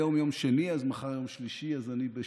היום יום שני, אז מחר יום שלישי, אז ב-12:15,